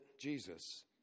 Jesus